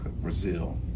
Brazil